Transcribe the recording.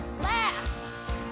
laugh